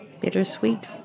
bittersweet